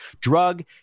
drug